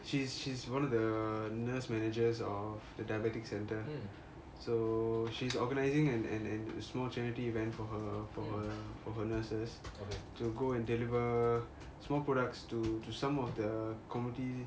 she's she's one of the nurse managers of the diabetic center so she's organising and and and small charity event for her for her for her nurses to go and deliver small products to to some of the community